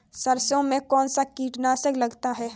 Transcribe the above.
सरसों में कौनसा कीट लगता है?